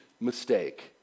mistake